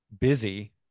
busy